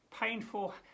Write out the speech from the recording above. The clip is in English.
painful